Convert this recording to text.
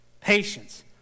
patience